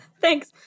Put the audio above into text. Thanks